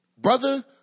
brother